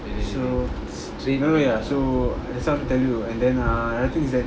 so so that what I want tell you and then ah another thing is that